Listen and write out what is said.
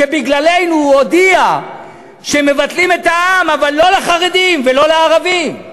שבגללנו הוא הודיע שמבטלים את המע"מ אבל לא לחרדים ולא לערבים.